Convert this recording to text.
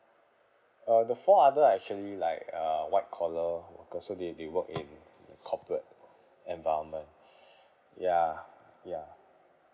uh the four other are actually like uh white collar worker so they they work in corporate environment ya ya